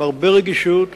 עם הרבה רגישות,